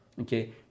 okay